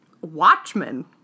Watchmen